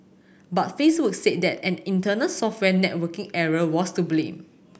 but Facebook said that an internal software networking error was to blame